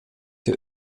die